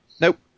nope